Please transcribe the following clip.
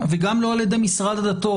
וגם לא על ידי משרד הדתות.